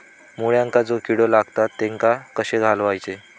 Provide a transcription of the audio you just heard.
मुळ्यांका जो किडे लागतात तेनका कशे घालवचे?